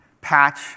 patch